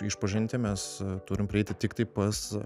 išpažinti mes turim prieiti tiktai pas